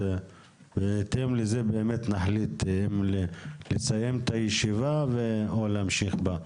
אז בהתאם לזה באמת נחליט האם לסיים את הישיבה או להמשיך בה.